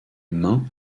mains